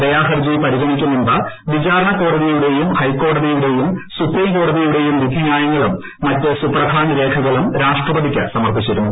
the യാഹർജി പരിഗണിക്കും മുൻപ് വിചാരണ കോടതിയുടെയും ഹൈക്കോടതിയുടെയും സുപ്രീം കോടതിയുടെയും വിധിന്യായങ്ങളും മറ്റ് സുപ്രധാന രേഖകളും രാഷ്ട്രപതിക്കു സമർപ്പിച്ചിരുന്നു